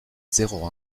zéro